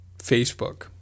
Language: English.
Facebook